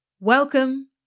Welcome